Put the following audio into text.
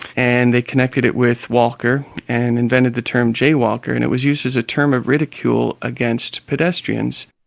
and they connected it with walker and invented the term jay walker and it was used as a term of ridicule against pedestrians.